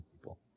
people